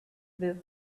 this